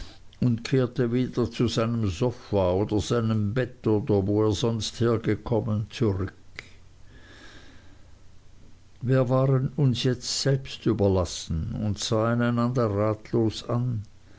und kehrte wieder zu seinem sofa oder seinem bett oder wo er sonst hergekommen zurück wir waren uns jetzt selbst überlassen und sahen einander ratlos an